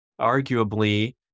arguably